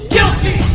Guilty